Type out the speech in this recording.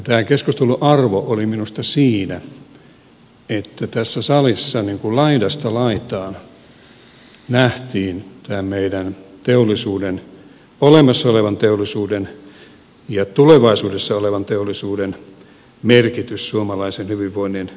tämän keskustelun arvo oli minusta siinä että tässä salissa laidasta laitaan nähtiin meidän olemassa olevan teollisuuden ja tulevaisuudessa olevan teollisuuden merkitys suomalaisen hyvinvoinnin kannalta